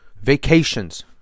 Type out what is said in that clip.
vacations